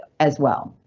as well.